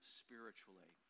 spiritually